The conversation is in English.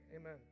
amen